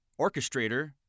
orchestrator